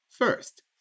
First